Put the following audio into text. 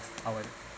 our